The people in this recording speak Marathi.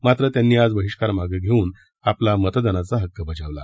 मात्र त्यांनी आज बहिष्कार मागं घेऊन आपला मतदानाचा हक्क बजावला